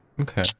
Okay